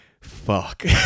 fuck